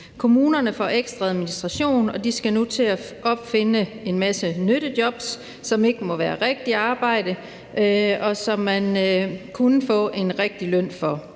Kommunerne får ekstra administration, og de skal nu til at opfinde en masse nyttejobs, som ikke må være rigtigt arbejde, som man kunne få en rigtig løn for.